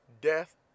Death